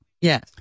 Yes